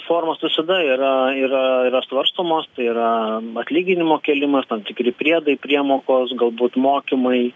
formos visada yra yra yra svarstomos yra atlyginimo kėlimas tam tikri priedai priemokos galbūt mokymai